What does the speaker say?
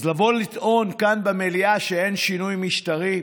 אז לבוא לטעון כאן במליאה שאין שינוי משטרי,